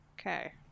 Okay